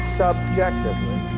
subjectively